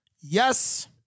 Yes